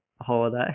holiday